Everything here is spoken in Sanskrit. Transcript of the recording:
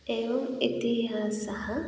एवम् इतिहासः